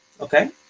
okay